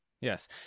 Yes